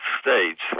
States